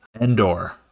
Endor